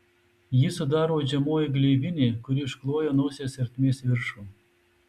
jį sudaro uodžiamoji gleivinė kuri iškloja nosies ertmės viršų